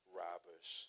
robbers